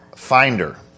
Finder